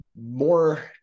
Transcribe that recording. more